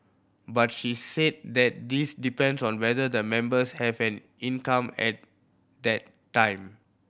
but she said that this depends on whether the members have an income at that time